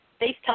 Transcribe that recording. FaceTime